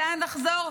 לאן לחזור,